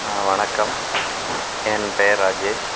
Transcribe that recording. வணக்கம் என் பெயர் ராஜேஷ்